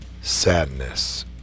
sadness